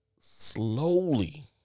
slowly